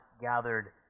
gathered